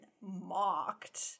mocked